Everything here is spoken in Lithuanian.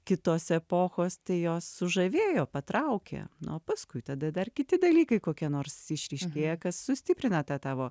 kitos epochos tai jos sužavėjo patraukė nu o paskui tada dar kiti dalykai kokie nors išryškėja kas sustiprina tą tavo